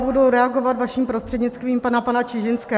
Budu reagovat vaším prostřednictvím na pana Čižinského.